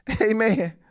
Amen